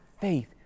faith